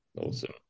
Awesome